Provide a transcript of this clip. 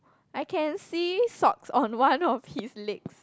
I can see socks on one of his legs